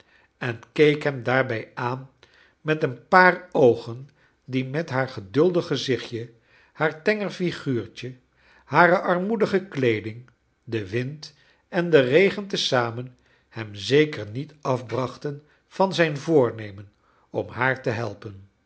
en keek hem daarbij aan met een paar oogen die met haar geduldig gezichtje haar tenger figuurtje hare armoedige kleeding den wind en den regen te zamen hem zeker niet afbrachten van zijn voornemen om haar te helpen